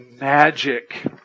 magic